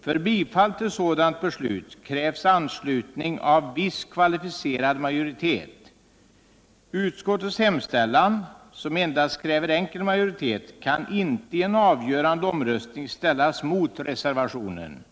För bifall till sådant beslut krävs anslutning av viss kvalificerad majoritet. Utskottets hemställan, som endast kräver enkel majoritet, kan inte i en avgörande omröstning ställas mot reservationen.